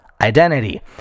identity